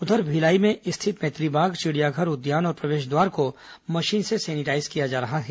उधर भिलाई में स्थित मैत्रीबाग चिड़िया घर उद्यान और प्रवेश द्वार को मशीन से सैनिटाईज किया जा रहा है